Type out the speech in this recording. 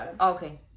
okay